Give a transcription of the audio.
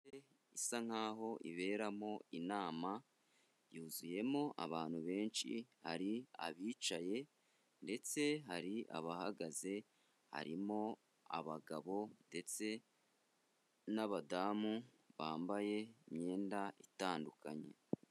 Inzu bisa nkaho iberamo inama, yuzuyemo abantu benshi ari abicaye, ndetse hari abahagaze, harimo abagabo ndetse n'abadamu bambaye imyenda itandukanye.